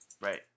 Right